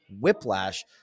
whiplash